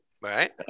Right